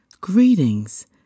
greetings